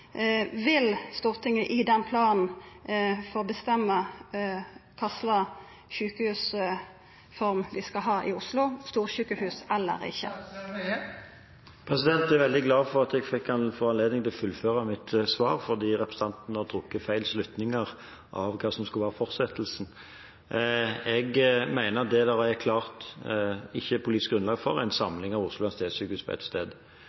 Vil Stortinget i samband med den planen få bestemma kva slags sjukehusform vi skal ha i Oslo, storsjukehus eller ikkje? Jeg er veldig glad for at jeg får anledning til å fullføre svaret mitt, for representanten har trukket feil slutninger av det som skulle være fortsettelsen. Jeg mener at det det ikke er politisk grunnlag for, er en samling av Oslo universitetssykehus på ett sted.